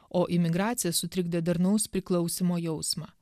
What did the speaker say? o imigracija sutrikdė darnaus priklausymo jausmą